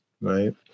right